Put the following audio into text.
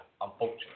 unfortunately